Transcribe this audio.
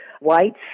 whites